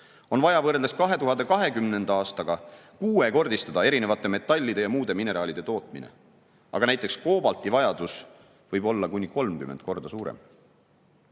on vaja võrreldes 2020. aastaga kuuekordistada erinevate metallide ja muude mineraalide tootmist. Aga näiteks koobaltivajadus võib olla kuni 30 korda suurem.